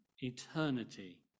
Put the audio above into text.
eternity